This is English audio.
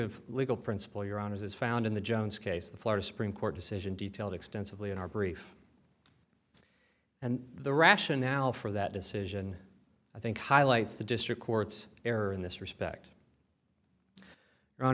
of legal principle your honors as found in the jones case the florida supreme court decision detailed extensively in our brief and the rationale for that decision i think highlights the district court's error in this respect